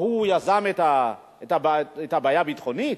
מה, הוא יזם את הבעיה הביטחונית?